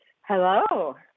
Hello